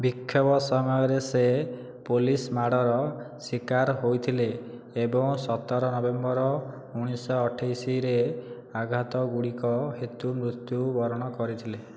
ବିକ୍ଷୋଭ ସମୟରେ ସେ ପୋଲିସ ମାଡ଼ର ଶିକାର ହୋଇଥିଲେ ଏବଂ ସତର ନଭେମ୍ବର ଉଣେଇଶହ ଅଠେଇଶରେ ଆଘାତଗୁଡ଼ିକ ହେତୁ ମୃତ୍ୟୁବରଣ କରିଥିଲେ